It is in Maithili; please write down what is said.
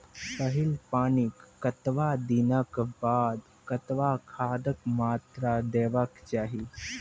पहिल पानिक कतबा दिनऽक बाद कतबा खादक मात्रा देबाक चाही?